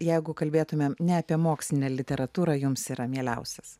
jeigu kalbėtumėm ne apie mokslinę literatūrą jums yra mieliausias